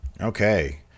Okay